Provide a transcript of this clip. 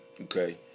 Okay